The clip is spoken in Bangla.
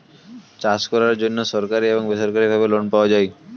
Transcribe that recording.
চাষ করার জন্য সরকারি এবং বেসরকারিভাবে লোন পাওয়া যায়